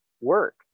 work